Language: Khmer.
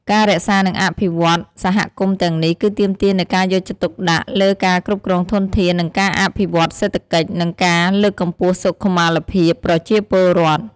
ការរក្សា និងអភិវឌ្ឍន៍សហគមន៍ទាំងនេះ គឺទាមទារនូវការយកចិត្តទុកដាក់លើការគ្រប់គ្រងធនធាន ការអភិវឌ្ឍន៍សេដ្ឋកិច្ច និងការលើកកម្ពស់សុខុមាលភាពប្រជាពលរដ្ឋ។